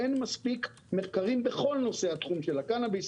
אין מספיק מחקרים בכל נושא התחום של הקנביס,